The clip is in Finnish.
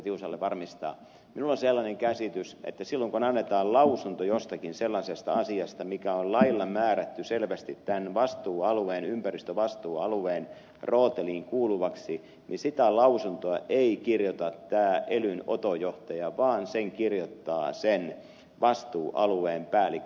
tiusaselle varmistaa minulla on sellainen käsitys että silloin kun annetaan lausunto jostakin sellaisesta asiasta mikä on lailla määrätty selvästi tämän ympäristövastuualueen rooteliin kuuluvaksi niin sitä lausuntoa ei kirjoita tämä elyn oto johtaja vaan sen kirjoittaa sen vastuualueen päällikkö